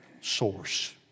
source